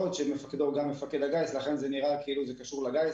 של מפקד הגיס ולכן זה נראה כאילו זה קשור לגיס.